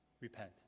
Repent